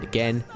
Again